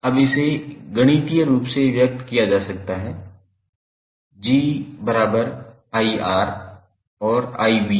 अब इसे गणितीय रूप से व्यक्त किया जा सकता है 𝐺1𝑅𝑖𝑣